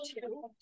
two